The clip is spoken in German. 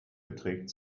beträgt